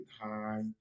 high